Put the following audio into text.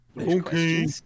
okay